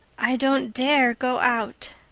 i don't dare go out,